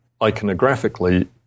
iconographically